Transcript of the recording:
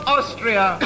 Austria